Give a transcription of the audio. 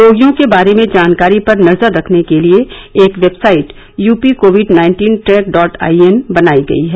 रोगियों के बारे में जानकारी पर नजर रखने के लिए एक website UP covid nineteen track dot IN बनायी गयी है